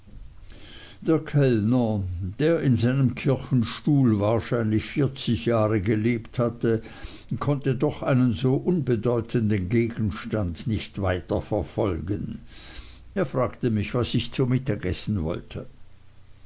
der kellner der in seinem kirchenstuhl wahrscheinlich vierzig jahre gelebt hatte konnte doch einen so unbedeutenden gegenstand nicht weiter verfolgen er fragte mich was ich zu mittag essen wollte